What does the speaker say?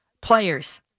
players